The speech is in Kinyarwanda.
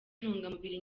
intungamubiri